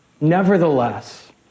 Nevertheless